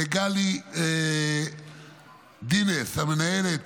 לגלי דינס, המנהלת